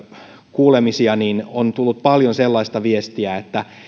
kuulemisia niin on tullut paljon sellaista viestiä että